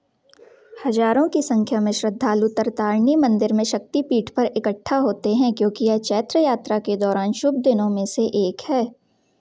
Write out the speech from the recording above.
हजारों की संख्या में श्रद्धालु तरतारिणी मंदिर में शक्ति पीठ पर इकट्ठा होते हैं क्योंकि यह चैत्र यात्रा के दौरान शुभ दिनों में से एक है